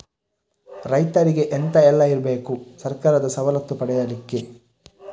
ರೈತರಿಗೆ ಎಂತ ಎಲ್ಲ ಇರ್ಬೇಕು ಸರ್ಕಾರದ ಸವಲತ್ತು ಪಡೆಯಲಿಕ್ಕೆ?